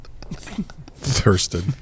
Thurston